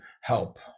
help